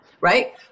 Right